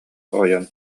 ойон